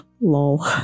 Lol